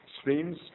streams